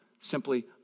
Simply